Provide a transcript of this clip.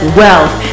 wealth